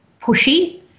pushy